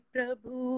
Prabhu